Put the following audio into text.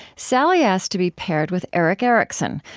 sally asked to be paired with erick erickson.